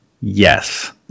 Yes